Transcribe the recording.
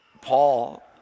Paul